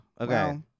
Okay